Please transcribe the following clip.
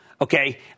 Okay